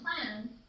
plan